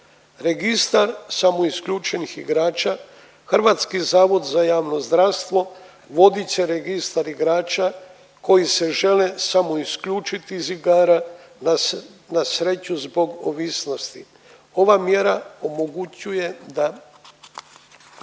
Registar samoisključenih igrača Hrvatski zavod za javno zdravstvo vodit će registar igrača koji se žele samo isključiti iz igara na sreću zbog ovisnosti. Ova mjera omogućuje da